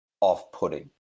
off-putting